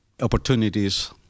Opportunities